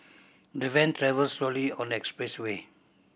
the van travelled slowly on the expressway